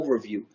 overview